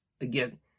again